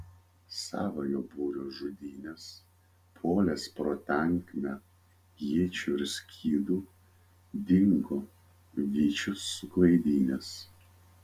savojo būrio žudynes puolęs pro tankmę iečių ir skydų dingo vyčius suklaidinęs